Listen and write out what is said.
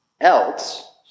else